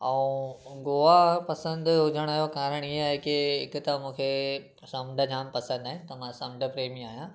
ऐं गोवा पसंदि हुजण जो कारण इहा आहे की हिकु त मूंखे समुंड जाम पसंदि आहिनि त मां समुंड प्रेमी आहियां